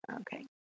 Okay